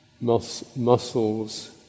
muscles